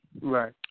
Right